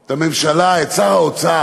את הממשלה, את שר האוצר,